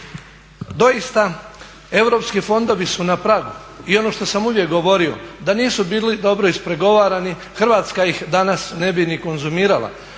Doista europski fondovi su na pragu i ono što sam uvijek govorio, da nisu bili dobro ispregovarani Hrvatska ih danas ne bi ni konzumirala.